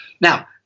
Now